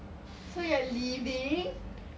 so you're leaving